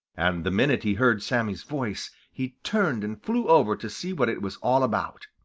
and the minute he heard sammy's voice, he turned and flew over to see what it was all about.